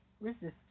Resistance